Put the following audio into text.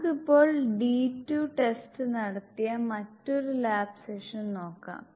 നമുക്ക് ഇപ്പോൾ D2 test നടത്തിയ മറ്റൊരു ലാബ് സെഷൻ നോക്കാം